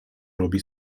robi